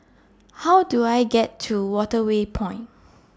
How Do I get to Waterway Point